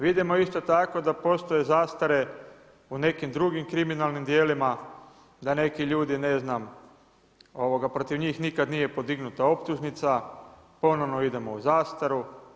Vidimo isto tako da postoje zastare u nekim drugim kriminalnim djelima, da neki ljudi ne znam protiv njih nikad nije podignuta optužnica, ponovo idemo u zastaru.